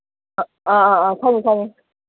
ꯑꯥ ꯑꯥ ꯑꯥ ꯈꯪꯉꯦ ꯈꯪꯉꯦ